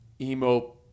emo